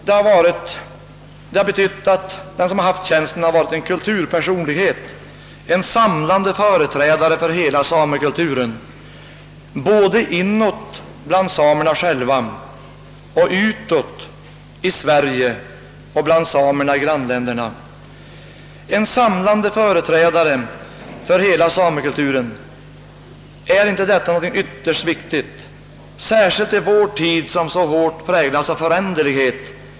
Det har sagts att det har betytt mycket att den som haft tjänsten varit en kulturpersonlighet, en samlande företrädare för hela samekulturen, både inåt bland samerna själva och utåt i hela landet samt för samerna i grannländerna. Är inte detta något ytterst viktigt, särskilt i vår tid som så hårt präglas av föränderlighet?